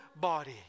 body